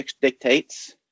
dictates